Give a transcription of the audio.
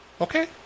Okay